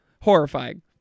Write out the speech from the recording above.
Horrifying